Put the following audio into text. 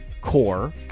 core